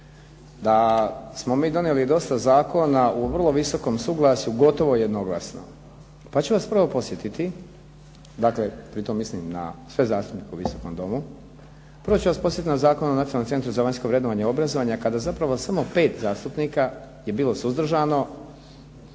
da smo mi donijeli dosta zakona u vrlo visokom suglasju gotovo jednoglasno. Pa ću vas prvo podsjetiti, dakle pritom mislim na sve zastupnike u Visokom domu. Prvo ću vas podsjetiti na Zakon o nacionalnom centru za vanjsko vrednovanje obrazovanja kada zapravo samo pet zastupnika je bilo suzdržano.